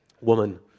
woman